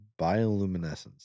Bioluminescence